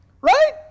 right